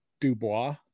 Dubois